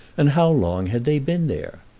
and how long had they been there?